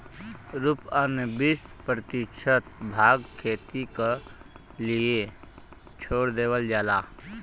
औरू अन्य बीस प्रतिशत भाग खेती क लिए छोड़ देवल जाला